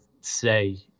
say